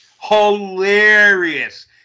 Hilarious